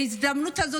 בהזדמנות הזאת,